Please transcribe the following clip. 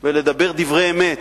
ולדבר דברי אמת.